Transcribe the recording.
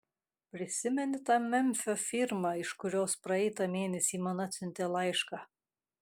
prisimeni tą memfio firmą iš kurios praeitą mėnesį man atsiuntė laišką